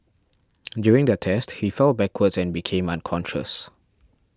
during the test he fell backwards and became unconscious